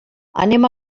anem